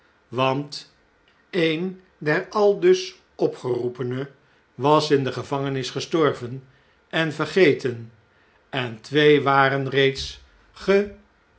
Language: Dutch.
want e'e'n der aldus opgeroepenen was in de gevangenis gestorven en vergeten en twee waren reeds